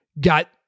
got –